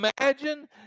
imagine